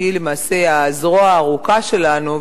שהיא למעשה הזרוע הארוכה שלנו,